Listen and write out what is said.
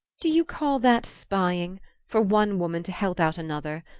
do you call that spying for one woman to help out another?